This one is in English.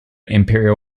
imperial